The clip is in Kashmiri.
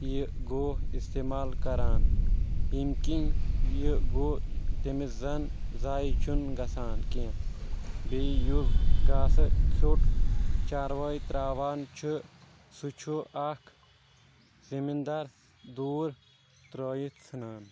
یہِ گُہہ استعمال کران یِم کِنۍ یہِ گوہ تٔمِس زن زایہِ چھُنہٕ گژھان کینٛہہ بیٚیہِ یُس گاسہٕ ژھوٚٹ چاروٲے تراوان چھِ سُہ چھُ اکھ زٔمیٖندار دوٗر ترٛٲیِتھ ژھنان